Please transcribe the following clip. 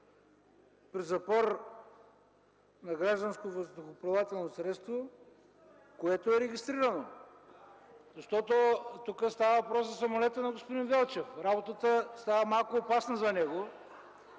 „При запор на гражданско въздухоплавателно средство, което е регистрирано...”? Защото тук става въпрос за самолета на господин Велчев. (Смях и реплики.) Работата става малко опасна за него.